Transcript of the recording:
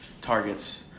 targets